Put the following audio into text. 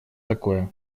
такое